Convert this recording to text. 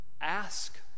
Ask